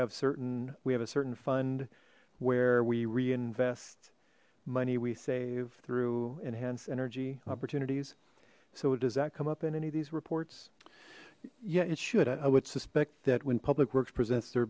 have certain we have a certain fund where we reinvest money we save through enhanced energy opportunities so does that come up in any of these reports yeah it should i would suspect that when public works presents their